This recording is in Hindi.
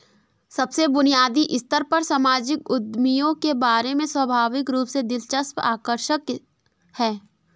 सबसे बुनियादी स्तर पर सामाजिक उद्यमियों के बारे में स्वाभाविक रूप से दिलचस्प आकर्षक है